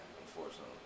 unfortunately